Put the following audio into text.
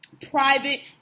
private